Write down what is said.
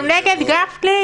אתם נגד גפני?